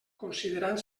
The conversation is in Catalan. considerant